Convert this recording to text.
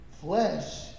flesh